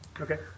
Okay